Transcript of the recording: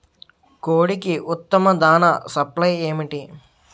కోడికి ఉత్తమ దాణ సప్లై ఏమిటి?